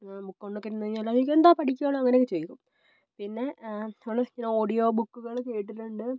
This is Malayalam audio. ബുക്കുകൊണ്ടൊക്കെ ഇരുന്നു കഴിഞ്ഞാൽ എന്താ പഠിക്കുകയാണോ അങ്ങനെയൊക്കെ ചോദിക്കും പിന്നെ നമ്മൾ ഇങ്ങനെ ഓഡിയോ ബുക്കുകൾ കേട്ടിട്ടുണ്ട്